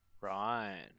Right